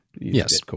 Yes